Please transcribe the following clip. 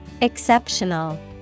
Exceptional